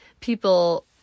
People